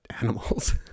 animals